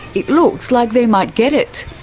it looks like they might get it.